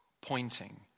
pointing